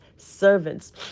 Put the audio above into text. servants